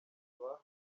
bahawe